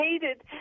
hated